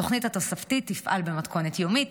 התוכנית התוספתית תפעל במתכונת יומית,